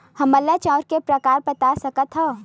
हमन ला चांउर के प्रकार बता सकत हव?